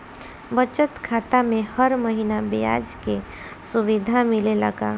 बचत खाता में हर महिना ब्याज के सुविधा मिलेला का?